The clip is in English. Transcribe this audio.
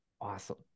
Awesome